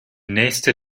nächste